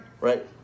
Right